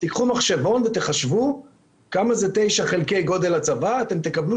אם תחשבו כמה זה גודל הצבא חלקי 9 תקבלו